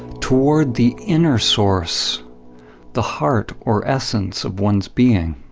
toward the inner source the heart or essence of one's being.